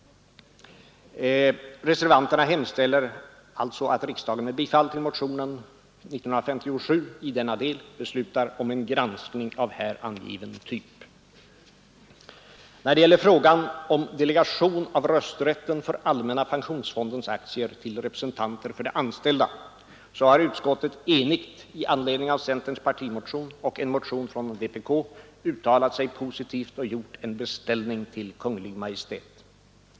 Reservanterna hemställer alltså att riksdagen med bifall till motionen 1957 i denna del beslutar om en granskning av här angiven typ. När det gäller frågan om delegation av rösträtten för allmänna pensionsfondens aktier till representanter för de anställda har utskottet enigt i anledning av centerns partimotion och en motion från vpk uttalat sig positivt och gjort en beställning till Kungl. Maj:t.